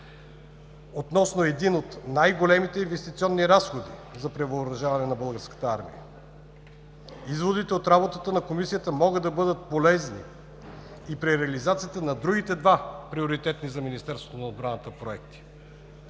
относно един от най-големите инвестиционни разходи за превъоръжаване на българската армия – изводите от работата на Комисията могат да бъдат полезни и при реализацията на другите два приоритетни за Министерството на отбраната проекти.